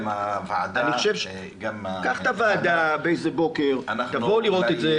עם הוועדה -- קח את הוועדה באיזה בוקר ותבואו לראות את זה.